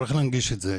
צריך להנגיש את זה,